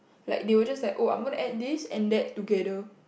like they were just like oh I'm gonna add this and that together